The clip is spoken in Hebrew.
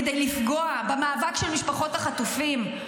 כדי לפגוע במאבק של משפחות החטופים,